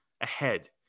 ahead